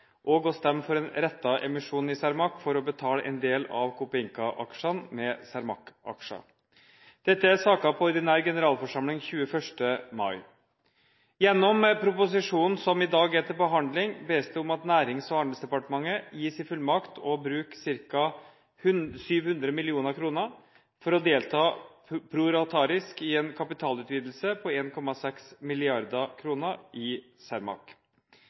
og å stemme for en rettet emisjon i Cermaq for å betale en del av Copeinca-aksjene med Cermaq-aksjer. Dette er saker på ordinær generalforsamling 21. mai. Gjennom den proposisjonen som i dag er til behandling, bes det om at Nærings- og handelsdepartementet gis fullmakt til å bruke ca. 700 mill. kr for å delta proratarisk i en kapitalutvidelse på 1,6 mrd. kr i Cermaq. Copeinca ASA er en